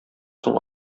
соң